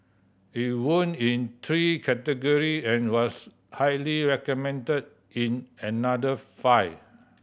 it won in three category and was highly recommended in another five